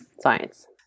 Science